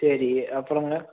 சரி அப்புறங்க